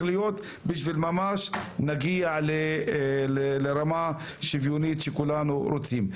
להיות בשביל להגיע ממש לרמה שוויונית שכולנו רוצים.